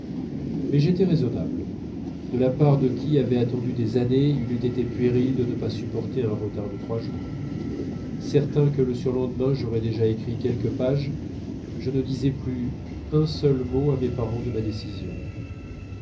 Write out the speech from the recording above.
mais j'étais raisonnable de la part de qui avait attendu des années il eût été puéril de ne pas supporter un retard de trois jours certain que le surlendemain j'aurais déjà écrit quelques pages je ne disais plus un seul mot à mes parents de ma décision